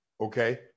Okay